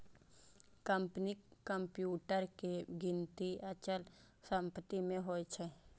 कंपनीक कंप्यूटर के गिनती अचल संपत्ति मे होइ छै